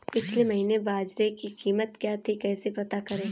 पिछले महीने बाजरे की कीमत क्या थी कैसे पता करें?